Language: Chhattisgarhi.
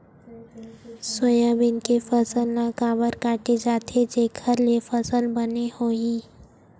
सोयाबीन के फसल ल काबर काटे जाथे जेखर ले फसल बने होही?